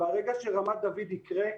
ברגע שרמת דוד יקרה,